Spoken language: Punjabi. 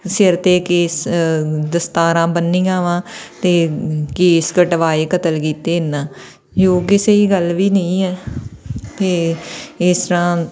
ਸਿਰ 'ਤੇ ਕੇਸ ਦਸਤਾਰਾਂ ਬੰਨੀਆਂ ਵਾ ਅਤੇ ਕੇਸ ਕਟਵਾਏ ਕਤਲ ਕੀਤੇ ਇਹਨਾਂ ਜੋ ਕਿ ਸਹੀ ਗੱਲ ਵੀ ਨਹੀਂ ਹੈ ਫੇ ਇਸ ਤਰ੍ਹਾਂ